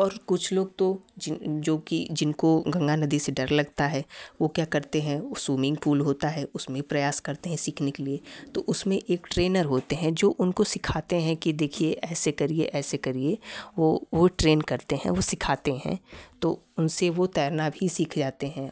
और कुछ लोग तो जोकि जिनको गंगा नदी से डर लगता है वो क्या करते हैं स्विमिंग पूल होता है उसमें प्रयास करते हैँ सीखने के लिए तो उसमें एक ट्रेनर होते है जो उनको सिखाते हैं कि देखिए ऐसा करिए ऐसे करिए वो वो ट्रेन करते है वो सिखाते हैं तो उनसे वो तैरना भी सीख जाते है